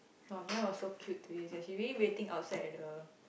!wah! Meow was so cute today she really waiting outside at the